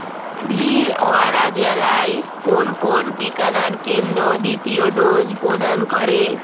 ভিলওয়ারা জেলায় কোন কোন টিকাদান কেন্দ্র দ্বিতীয় ডোজ প্রদান করে